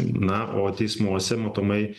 na o teismuose matomai